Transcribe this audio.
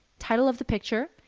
title of the picture,